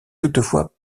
toutefois